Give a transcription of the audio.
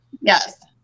Yes